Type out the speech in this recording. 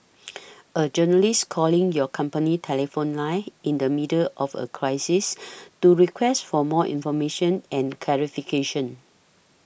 a journalist calling your company telephone line in the middle of a crisis to request for more information and clarifications